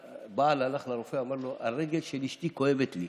שבעל הלך לרופא ואמר לו: הרגל של אשתי כואבת לי.